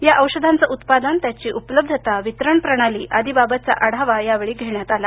या औषधांचे उत्पादन त्याची उपलब्धता वितरण प्रणाली आदी बाबतचा आढावा घेण्यात आला